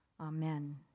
amen